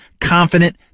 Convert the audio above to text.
confident